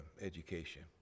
education